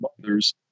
mothers